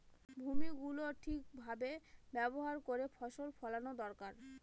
ভূমি গুলো ঠিক ভাবে ব্যবহার করে ফসল ফোলানো দরকার